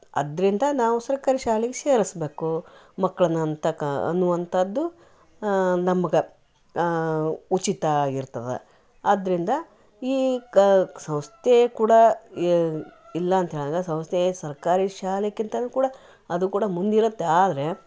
ಅದರಿಂದ ನಾವು ಸರ್ಕಾರಿ ಶಾಲೆಗೆ ಸೇರಿಸಬೇಕು ಮಕ್ಕಳನ್ನ ಅಂತಕ್ಕ ಅನ್ನುವಂಥದ್ದು ನಮ್ಗೆ ಉಚಿತ ಆಗಿರ್ತದಾ ಆದ್ದರಿಂದ ಈ ಕ ಸಂಸ್ಥೆ ಕೂಡ ಇಲ್ಲಾಂತ ಹೇಳಲ್ಲ ಸಂಸ್ಥೆ ಸರ್ಕಾರಿ ಶಾಲೆಕ್ಕಿಂತನು ಕೂಡ ಅದು ಕೂಡ ಮುಂದಿರುತ್ತೆ ಆದರೆ